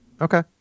Okay